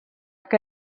que